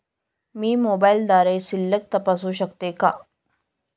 मी मोबाइलद्वारे शिल्लक तपासू शकते का?